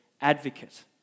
advocate